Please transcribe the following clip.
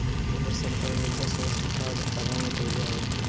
केंद्र सरकार मृदा स्वास्थ्य कार्ड आरंभ कईले हवे